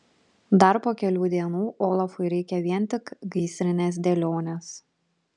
dar po kelių dienų olafui reikia vien tik gaisrinės dėlionės